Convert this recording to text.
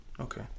Okay